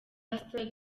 pasitori